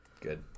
Good